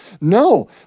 No